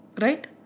Right